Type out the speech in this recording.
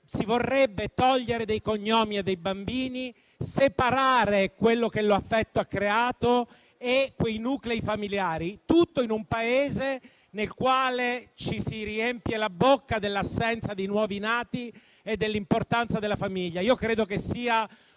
si vorrebbero togliere dei cognomi a dei bambini e separare quello che l'affetto ha creato e quei nuclei familiari, tutto in un Paese nel quale ci si riempie la bocca dell'assenza di nuovi nati e dell'importanza della famiglia. Io credo che sia un sopruso